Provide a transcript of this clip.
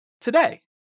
today